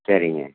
சரிங்க